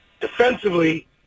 Defensively